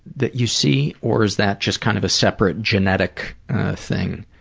that you see or is that just kind of a separate genetic thing?